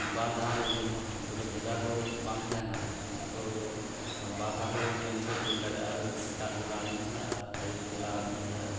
ᱵᱟᱨᱫᱷᱟᱣ ᱠᱚ ᱜᱮᱢᱚᱜᱼᱟ ᱚᱱᱛᱮ ᱫᱚ ᱵᱷᱮᱜᱟᱨ ᱫᱚ ᱵᱟᱝ ᱛᱟᱦᱮᱱᱟ ᱚᱱᱛᱮ ᱫᱚ ᱵᱟᱨᱫᱷᱟᱣ ᱠᱚ ᱜᱮᱢ ᱠᱚ ᱠᱷᱮᱞ ᱫᱟᱲᱮᱭᱟᱜᱼᱟ ᱥᱮᱛᱟᱜ ᱵᱮᱞᱟ ᱢᱤᱫ ᱫᱷᱟᱣ ᱟᱨ ᱟᱭᱩᱵ ᱵᱮᱞᱟ ᱢᱤᱫᱫᱷᱟᱣ